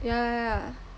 yeah yeah yeah